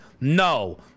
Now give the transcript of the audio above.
no